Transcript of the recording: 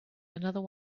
another